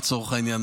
לצורך העניין,